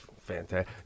fantastic